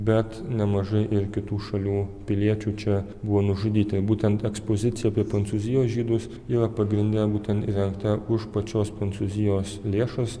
bet nemažai ir kitų šalių piliečių čia buvo nužudyta ir būtent ekspozicija apie prancūzijos žydus yra pagrinde būtent įrengta už pačios prancūzijos lėšas